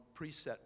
preset